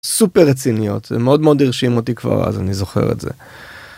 סופר רציניות מאוד מאוד הרשים אותי כבר אז אני זוכר את זה.